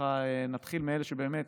נתחיל מאלה שבאמת